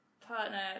partner